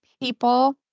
people